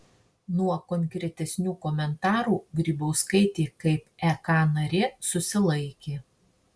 nuo konkretesnių komentarų grybauskaitė kaip ek narė susilaikė